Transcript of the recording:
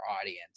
audience